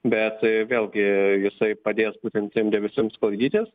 bet vėlgi jisai padės būtent tiem debesims sklaidytis